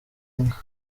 inka